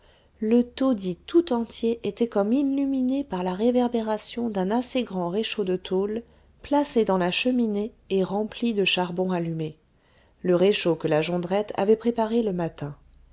le taudis tout entier était comme illuminé par la réverbération d'un assez grand réchaud de tôle placé dans la cheminée et rempli de charbon allumé le réchaud que la jondrette avait préparé le matin